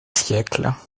siècles